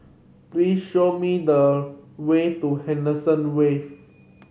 please show me the way to Henderson Wave